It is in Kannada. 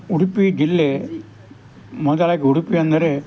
ಉಡುಪಿ ಜಿಲ್ಲೆ ಮೊದಲಾಗಿ ಉಡುಪಿ ಅಂದರೆ